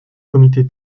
comité